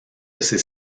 ces